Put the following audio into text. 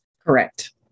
Correct